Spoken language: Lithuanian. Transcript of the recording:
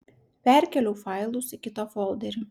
perkėliau failus į kitą folderį